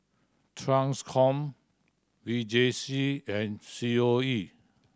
Transcom V J C and C O E